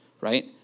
right